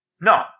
no